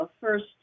first